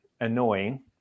annoying